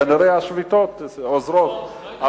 כנראה השביתות עוזרות,